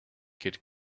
kid